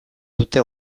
dute